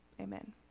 Amen